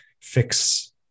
fix